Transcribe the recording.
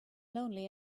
lonely